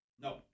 No